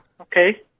Okay